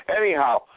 anyhow